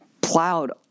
plowed